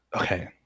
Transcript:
okay